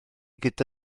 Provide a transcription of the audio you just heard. gyda